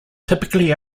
typically